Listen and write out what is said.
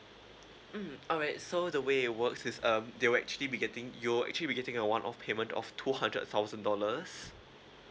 mm alright so the way it works is um they will actually be getting you'll actually be getting a one off payment of two hundred thousand dollars